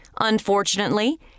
Unfortunately